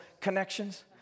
connections